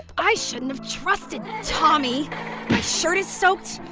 i shouldn't have trusted tommy. my shirt is soaked,